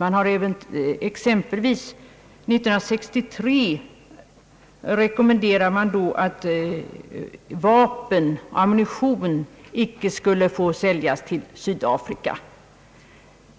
Exempelvis år 1963 rekommenderades att vapen och ammunition icke skulle få säljas till Sydafrika.